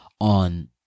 on